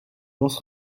lance